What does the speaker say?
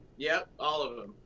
yeah, all of em.